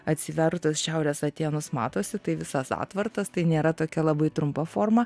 atsivertus šiaurės atėnus matosi tai visas atvartas tai nėra tokia labai trumpa forma